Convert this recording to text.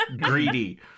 greedy